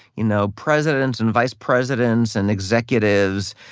you know presidents and vice presidents and executives,